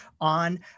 on